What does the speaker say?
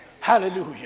Hallelujah